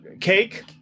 cake